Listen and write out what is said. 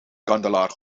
kandelaar